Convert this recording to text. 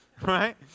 right